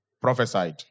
prophesied